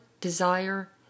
desire